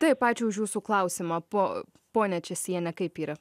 taip ačiū už jūsų klausimą po ponia česiene kaip yra